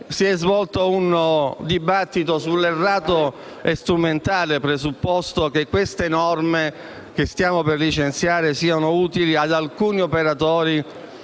Si è svolto un dibattito sull'errato e strumentale presupposto che le norme che stiamo per licenziare siano utili ad alcuni operatori